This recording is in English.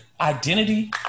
identity